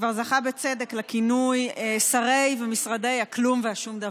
שכבר זכה בצדק לכינוי: שרי ומשרדי הכלום והשום דבר.